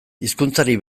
hizkuntzari